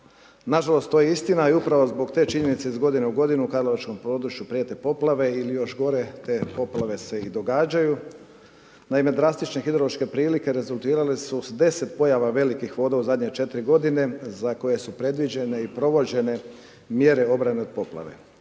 Nažalost, to je istina i upravo zbog te činjenice iz godine u godinu karlovačkom području prijete poplave ili još gore, te poplave se i događaju. Naime, drastične hidrološke prilike rezultirale su s 10 pojava velikih vodova u zadnje 4 godine za koje su predviđene i provođene mjere obrane od poplave.